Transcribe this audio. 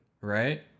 right